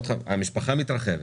המשפחה מתרחבת,